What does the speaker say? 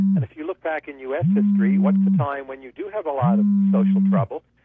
and if you look back in us history, what's the time when you do have a lot of social trouble?